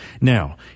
Now